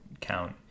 count